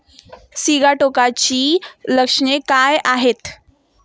सिगाटोकाची लक्षणे काय आहेत?